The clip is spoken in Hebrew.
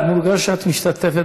ראש חודש תמוז,